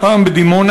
הפעם בדימונה,